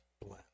blend